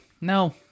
No